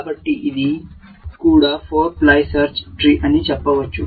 కాబట్టి ఇది కూడా 4 ప్లై సెర్చ్ ట్రీ అని చెప్పవచ్చు